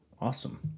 Awesome